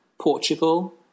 Portugal